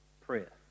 prayer